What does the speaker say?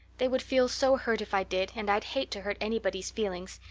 they would feel so hurt if i did and i'd hate to hurt anybody's feelings,